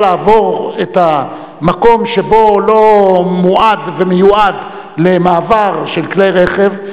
לעבור את המקום שלא נועד ומיועד למעבר של כלי רכב,